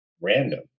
random